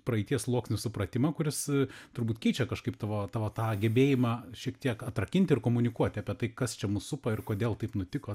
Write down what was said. praeities sluoksnių supratimą kuris turbūt keičia kažkaip tavo tavo tą gebėjimą šiek tiek atrakinti ir komunikuoti apie tai kas čia mus supa ir kodėl taip nutiko